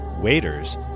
waiters